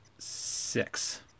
six